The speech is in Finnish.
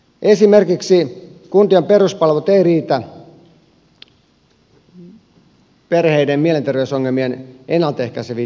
esimerkiksi kuntien peruspalvelut eivät riitä perheiden mielenterveysongelmien ennalta ehkäiseviin toimenpiteisiin